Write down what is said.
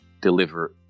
deliver